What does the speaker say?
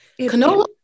Canola